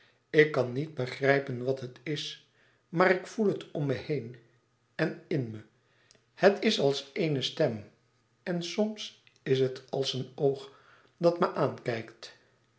ik kan niet begrijpen wat het is maar ik voel het om me heen en in me het is als eene stem en soms is het als een oog dat me aankijkt